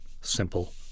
simple